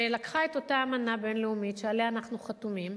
שלקחה את אותה אמנה בין-לאומית שעליה אנחנו חתומים,